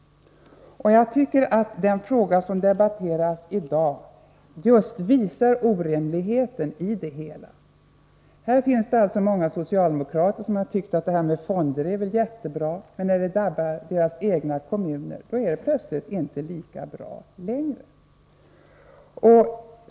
Jag tycker att den fråga som debatteras i dag just visar orimligheterna i det hela. Många socialdemokrater har tidigare tyckt att fonderna är bra. Men när finansieringen av fonderna visar sig drabba deras egna kommuner, är fonderna helt plötsligt inte längre lika bra.